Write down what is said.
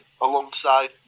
alongside